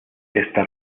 esta